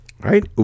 Right